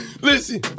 listen